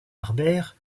harbert